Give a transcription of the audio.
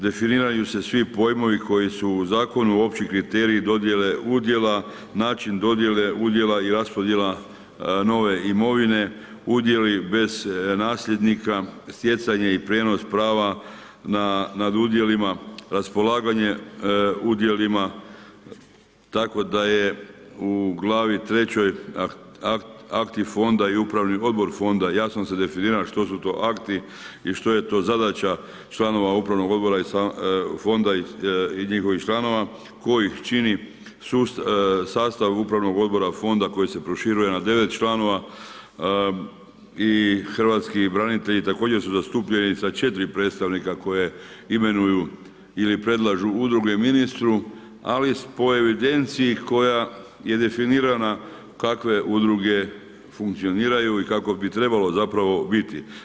Definiraju se svi pojmovi koji su u Zakonu opći kriteriji dodjele udjela, način dodjele udjela i raspodjela nove imovine, udjeli bez nasljednika, stjecanje i prijenos prava nad udjelima, raspolaganje udjelima, tako da je u glavi III aktiv Fonda i upravni odbor Fonda jasno se definira što su to akti i što je to zadaća članova upravnog odbora i Fonda i njihovih članova koji ih čini sastav upravnog odbora Fonda koji se proširuje na 9 članova i hrvatski branitelji također su zastupljeni sa 4 predstavnika koje imenuju ili predlažu udruge ministru, ali po evidenciji koja je definirana kakve udruge funkcioniraju i kako bi trebalo zapravo biti.